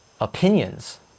opinions